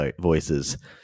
voices